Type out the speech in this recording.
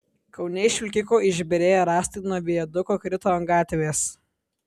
kaune iš vilkiko išbyrėję rąstai nuo viaduko krito ant gatvės